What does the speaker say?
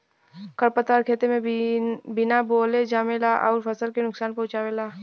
खरपतवार खेते में बिना बोअले जामेला अउर फसल के नुकसान पहुँचावेला